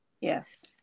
Yes